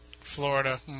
Florida